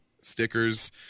stickers